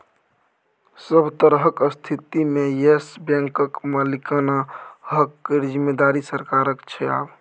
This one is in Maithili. सभ तरहक स्थितिमे येस बैंकक मालिकाना हक केर जिम्मेदारी सरकारक छै आब